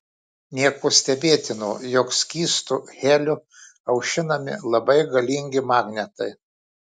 nieko stebėtino jog skystu heliu aušinami labai galingi magnetai